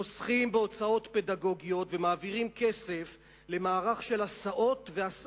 חוסכים בהוצאות פדגוגיות ומעבירים כסף למערך של הסעות והסעדה,